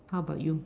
how about you